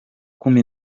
kumi